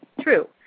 true